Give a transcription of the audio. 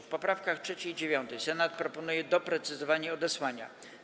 W poprawkach 3. i 9. Senat proponuje doprecyzowanie odesłania.